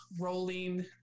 rolling